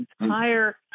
entire